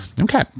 Okay